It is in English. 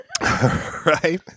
Right